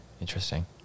interesting